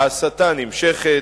ההסתה נמשכת,